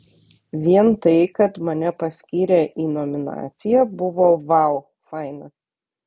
vien tai kad mane paskyrė į nominaciją buvo vau faina